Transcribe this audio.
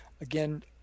again